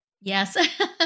Yes